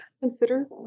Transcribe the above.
consider